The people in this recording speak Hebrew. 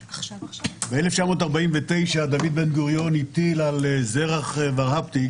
ב-1949 דוד בן גוריון הטיל על זרח ורהפטיג